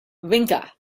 vinca